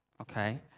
okay